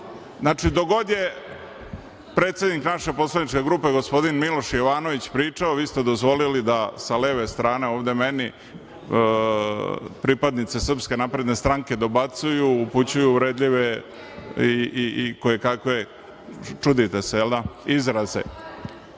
Znači, dok god je predsednik naše poslaničke grupe gospodin Miloš Jovanović pričao vi ste dozvolili da sa leve strane ovde meni pripadnice SNS dobacuju, upućuju uvredljive i kojekakve, čudite se jel